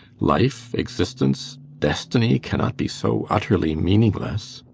life, existence destiny, cannot be so utterly meaningless.